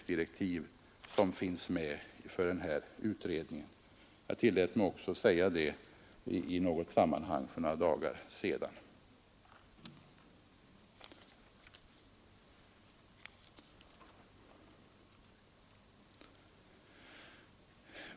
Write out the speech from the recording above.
Jag tillät mig också säga det i något sammanhang för några dagar sedan.